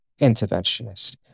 interventionist